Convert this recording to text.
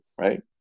right